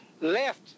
left